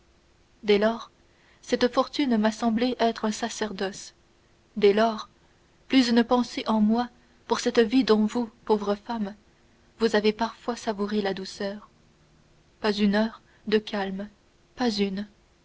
dès lors cette fortune m'a semblé être un sacerdoce dès lors plus une pensée en moi pour cette vie dont vous pauvre femme vous avez parfois savouré la douceur pas une heure de calme pas une